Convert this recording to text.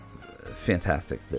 fantastic